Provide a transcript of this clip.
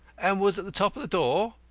and was at the top of the door.